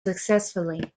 successfully